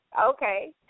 okay